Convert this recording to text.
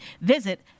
Visit